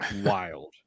wild